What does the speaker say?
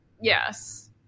Yes